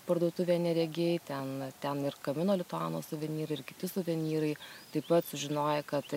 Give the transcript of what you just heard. parduotuvė neregiai ten ten ir kamino lituano suvenyrai ir kiti suvenyrai taip pat sužinoję kad